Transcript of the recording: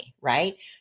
right